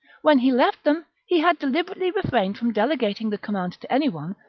when he left them he had deliberately refrained from delegating the command to any one,